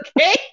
okay